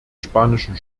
spanischen